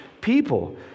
people